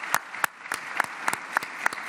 (מחיאות כפיים)